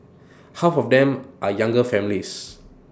half of them are younger families